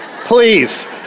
Please